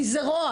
כי זה רוע.